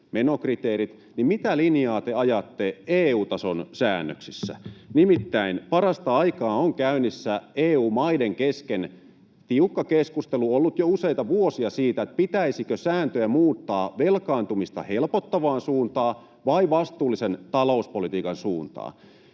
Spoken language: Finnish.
menokriteerit, niin mitä linjaa te ajatte EU-tason säännöksissä? Nimittäin parasta aikaa on käynnissä EU-maiden kesken tiukka keskustelu — ollut jo useita vuosia — siitä, pitäisikö sääntöjä muuttaa velkaantumista helpottavaan suuntaan vai vastuullisen talouspolitiikan suuntaan.